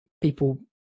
people